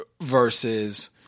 versus